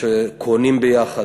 וכשקונים ביחד,